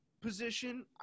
position